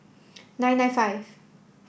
nine nine five